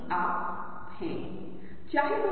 क्या हो रहा है कि आप मेरे पास नहीं जा रहे हैं